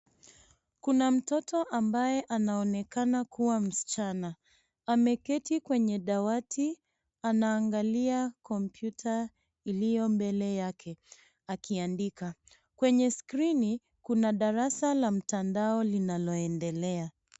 Kuna mtoto ambaye anaoneka kuwa msichana. Ameketi kwenye dawati anaangalia kompyuta iliyo mbele yake akiandika. Kwenye skrini kuna darasa la mtandao linalo endelea.